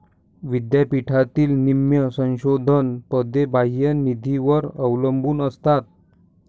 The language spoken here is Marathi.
विद्यापीठातील निम्म्या संशोधन पदे बाह्य निधीवर अवलंबून असतात